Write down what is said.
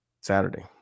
Saturday